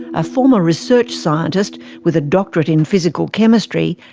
a former research scientist with a doctorate in physical chemistry,